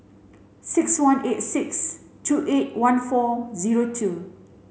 six one eight six two eight one four zero two